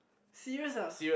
serious ah